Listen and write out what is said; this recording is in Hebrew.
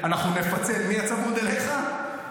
אנחנו נפצל, מי צמוד אליך?